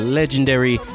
legendary